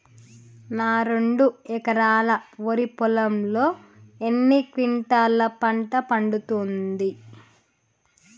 నా రెండు ఎకరాల వరి పొలంలో ఎన్ని క్వింటాలా పంట పండుతది?